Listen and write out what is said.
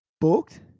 booked